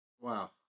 Wow